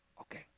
Okay